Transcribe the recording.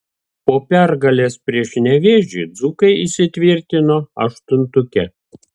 po pergalės prieš nevėžį dzūkai įsitvirtino aštuntuke